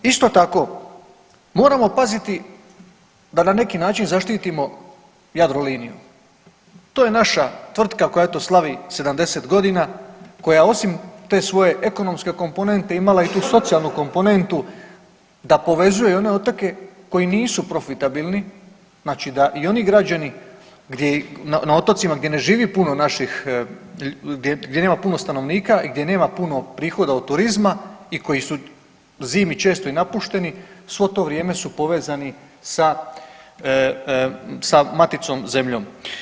Isto tako moramo paziti da na neki način zaštitimo Jadroliniju, to je naša tvrtka koja eto slavi 70 godina koja osim te svoje ekonomske komponente imala i tu socijalnu komponentu da povezuje one otoke koji nisu profitabilni, znači da i oni građani gdje i na otocima gdje ne živi puno naših gdje nema puno stanovnika i gdje nema puno prihoda od turizma i koji su zimi često i napušteni, svo to vrijeme su povezani sa maticom zemljom.